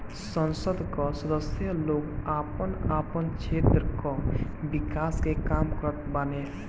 संसद कअ सदस्य लोग आपन आपन क्षेत्र कअ विकास के काम करत बाने